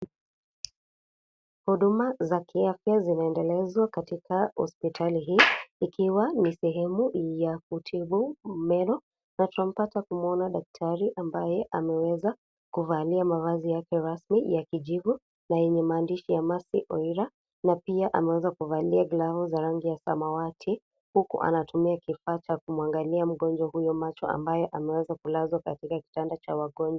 Huduma za kiafya zinaendelezwa katika hospitali hii ikiwa ni sehemu ya kutibu meno, na tunapata kumwona daktari ambaye ameweza kuvalia mavazi yake rasmi ya kijivu na yenye maandishi ya Mercy Oira, na pia ameweza kuvalia glavu za rangi ya samawati huku anatumia kifaa cha kumuangalia mgonjwa huyo macho ambayo ameweza kulazwa katika kitanda cha wagonjwa .